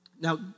now